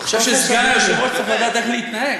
אני חושב שסגן היושב-ראש צריך לדעת איך להתנהג.